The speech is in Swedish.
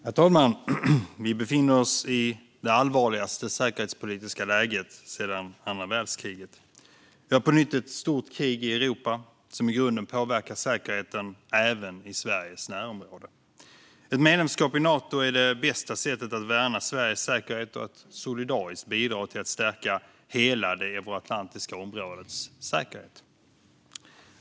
Herr talman! Vi befinner oss i det allvarligaste säkerhetspolitiska läget sedan andra världskriget. Vi har på nytt ett stort krig i Europa som i grunden påverkar säkerheten även i Sveriges närområde. Ett medlemskap i Nato är det bästa sättet att värna Sveriges säkerhet och solidariskt bidra till att stärka hela det euroatlantiska områdets säkerhet.